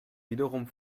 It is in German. wiederum